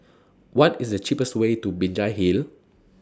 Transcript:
What IS The cheapest Way to Binjai Hill